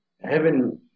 heaven